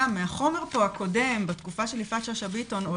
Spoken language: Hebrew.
מהחומר הקודם בתקופה של יפעת שאשא ביטון,